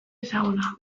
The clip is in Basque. ezaguna